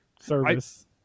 Service